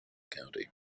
county